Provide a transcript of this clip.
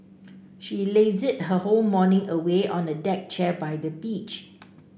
she lazed her whole morning away on a deck chair by the beach